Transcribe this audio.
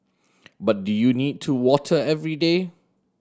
but do you need to water every day